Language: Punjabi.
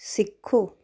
ਸਿੱਖੋ